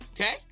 Okay